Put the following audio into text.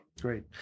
Great